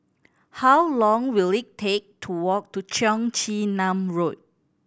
how long will it take to walk to Cheong Chin Nam Road